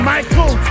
Michael